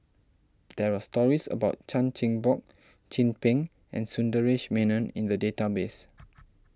there are stories about Chan Chin Bock Chin Peng and Sundaresh Menon in the database